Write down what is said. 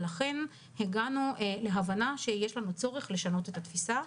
לכן, הגענו להבנה שיש לנו צורך לשנות את התפיסה.